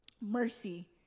Mercy